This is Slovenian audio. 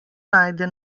najde